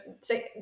say